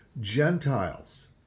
Gentiles